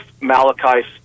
Malachi